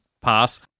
pass